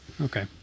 okay